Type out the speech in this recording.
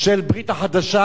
של הברית החדשה.